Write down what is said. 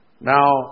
Now